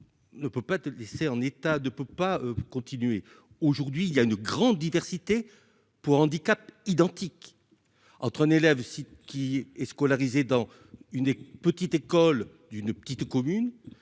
ne peut pas laisser en état de peut pas continuer aujourd'hui, il y a une grande diversité pour handicap identique entre un élève si qui est scolarisé dans une petite école d'une petite commune